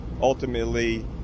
ultimately